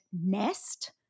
nest